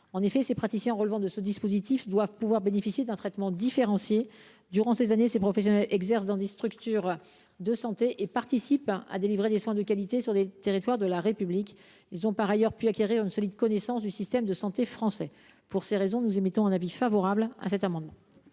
En effet, les praticiens relevant de ce dispositif doivent pouvoir bénéficier d’un traitement différencié. Durant ces années, les professionnels visés ici exercent dans des structures de santé et participent à dispenser des soins de qualité sur les territoires de la République. Ils ont par ailleurs pu acquérir une solide connaissance du système de santé français. Pour ces raisons, le Gouvernement émet un avis favorable sur cet amendement.